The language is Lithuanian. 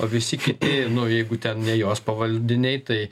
visi kiti nu jeigu ten ne jos pavaldiniai tai